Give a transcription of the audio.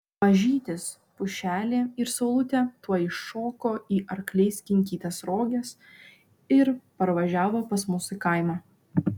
mažytis pušelė ir saulutė tuoj šoko į arkliais kinkytas roges ir parvažiavo pas mus į kaimą